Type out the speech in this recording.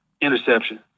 Interception